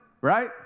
right